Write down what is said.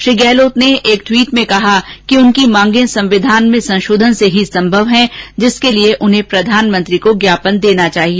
श्री गहलोत ने एक ट्वीट में कहा कि उनकी मांगे संविधान में संशोधन से ही संभव है जिसके लिये उन्हें प्रधानमंत्री को ज्ञापन देना चाहिए